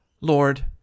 Lord